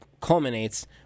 Culminates